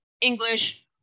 English